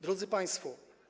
Drodzy Państwo!